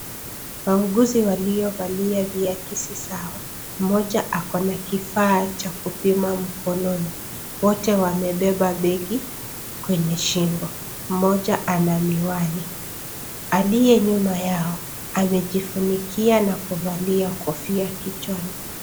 Wauguzi waliovalia viakisi sawa, moja ako na kifaa cha kupima mkononi. Wote wamebeba begi kwenye shingo moja ana miwani. Aliye nyuma yao amejifunikia na kuvalia kofia kichwani.